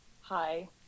Hi